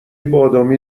بادامی